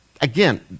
Again